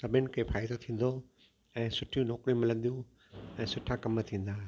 सभिनि खे फ़ाइदो थींदो ऐं सुठी नौकरियूं मिलंदियूं ऐं सुठा कम थींदा